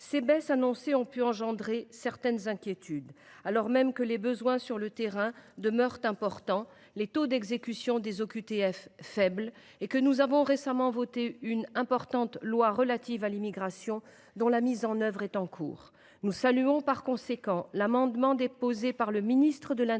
Ces baisses annoncées ont pu susciter certaines inquiétudes, alors même que les besoins sur le terrain demeurent importants, que le taux d’exécution des OQTF reste faible et que nous avons récemment voté une importante loi relative à l’immigration, dont la mise en œuvre est en cours. Nous saluons par conséquent l’amendement déposé par le ministre de l’intérieur